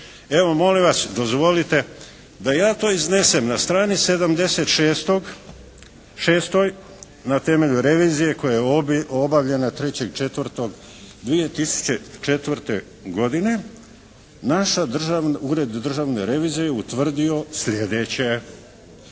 Evo, molim vas dozvolite da ja to iznesem. Na strani 76. na temelju revizije koja je obavljena 3.4.2004. godine naš Ured državne revizije je utvrdio slijedeće.